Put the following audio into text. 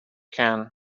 can